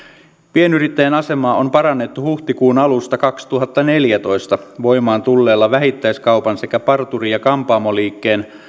pienyrittäjän asemaa on parannettu huhtikuun alusta kaksituhattaneljätoista voimaan tulleella vähittäiskaupan sekä parturi ja kampaamoliikkeen